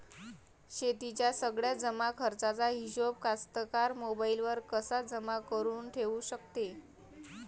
शेतीच्या सगळ्या जमाखर्चाचा हिशोब कास्तकार मोबाईलवर कसा जमा करुन ठेऊ शकते?